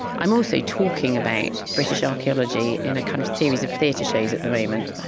i'm also talking about british archaeology in a kind of series of theatre shows at the moment. ah